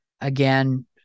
Again